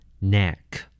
Neck